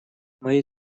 моей